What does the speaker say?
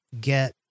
get